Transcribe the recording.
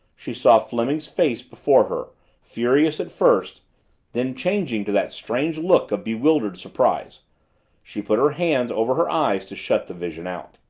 she saw fleming's face before her furious at first then changing to that strange look of bewildered surprise she put her hands over her eyes to shut the vision out.